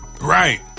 Right